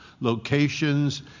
Locations